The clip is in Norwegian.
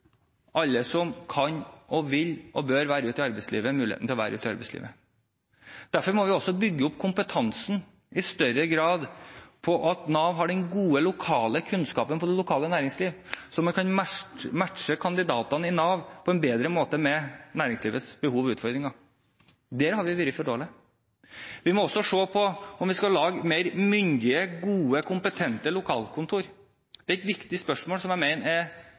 alle som kan, vil og bør være ute i arbeidslivet, muligheten til å være ute i arbeidslivet. Derfor må vi også i større grad bygge opp kompetansen på at Nav har den gode, lokale kunnskapen om det lokale næringslivet, så man kan matche kandidatene i Nav på en bedre måte med næringslivets behov og utfordringer. Der har vi vært for dårlige. Vi må også se på om vi skal lage mer myndige, gode, kompetente lokalkontor. Det er et viktig spørsmål som jeg mener det er